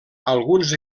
alguns